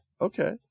Okay